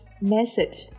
message